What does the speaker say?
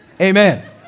Amen